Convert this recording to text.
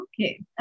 Okay